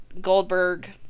Goldberg